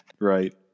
Right